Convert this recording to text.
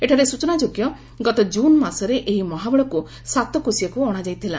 ଏଠାରେ ସୂଚନାଯୋଗ୍ୟ ଗତ କୁନ୍ ମାସରେ ଏହି ମହାବଳକୁ ସାତକୋଶିଆକୁ ଅଶାଯାଇଥିଲା